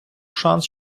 шанс